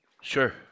sure